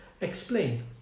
explain